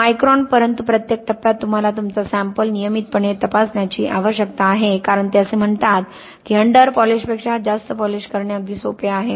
micron परंतु प्रत्येक टप्प्यात तुम्हाला तुमचा सॅम्पल नियमितपणे तपासण्याची आवश्यकता आहे कारण ते असे म्हणतात की अंडर पॉलिशपेक्षा जास्त पॉलिश करणे अगदी सोपे आहे